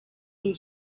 blue